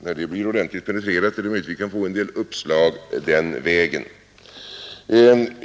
När det blir ordentligt penetrerat är det möjligt att vi kan få en del uppslag den vägen.